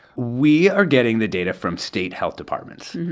we are getting the data from state health departments.